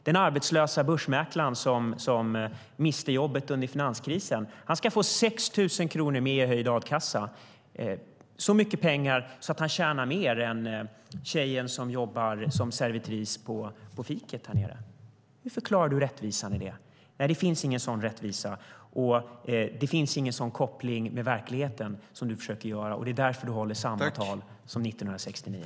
Den arbetslöse börsmäklaren, han som miste jobbet under finanskrisen, ska få 6 000 kronor mer i a-kassa. Det är mer än vad tjejen som jobbar som servitris i kaféet har. Hur förklarar han rättvisan i det? Nej, det finns ingen sådan rättvisa. Det finns ingen sådan koppling till verkligheten som Peter Persson försöker få det att låta. Därför håller han samma tal som 1969.